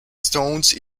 stones